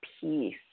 peace